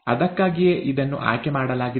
ಅದಕ್ಕಾಗಿಯೇ ಇದನ್ನು ಆಯ್ಕೆ ಮಾಡಲಾಗಿದೆ